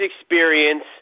experience